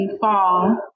fall